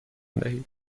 دهید